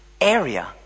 Area